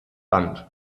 band